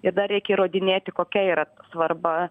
ir dar reikia įrodinėti kokia yra svarba